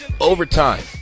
Overtime